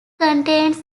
contains